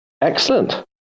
Excellent